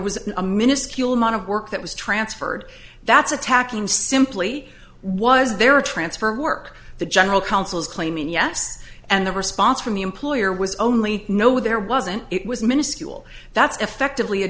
was a mini cule amount of work that was transferred that's attacking simply was there a transfer work the general counsel's claim and yes and the response from the employer was only no there wasn't it was minuscule that's effectively a